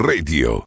Radio